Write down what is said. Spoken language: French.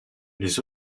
les